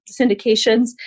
syndications